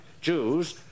Jews